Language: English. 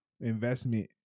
investment